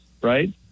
right